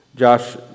Josh